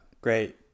Great